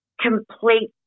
Complete